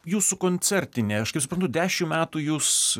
jūsų koncertinė aš kaip suprantu dešim metų jūs